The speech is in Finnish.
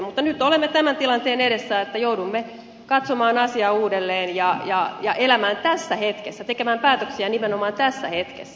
mutta nyt olemme tämän tilanteen edessä että joudumme katsomaan asiaa uudelleen ja elämään tässä hetkessä tekemään päätöksiä nimenomaan tässä hetkessä